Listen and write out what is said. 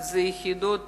אלה יחידות